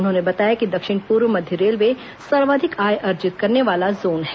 उन्होंने बताया कि दक्षिण पूर्व मध्य रेलवे सर्वोधिक आय अर्जित करने वाला जोन है